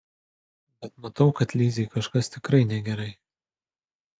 bet matau kad lizei kažkas tikrai negerai